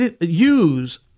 use